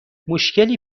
مشکلی